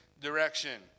direction